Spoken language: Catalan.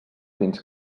fins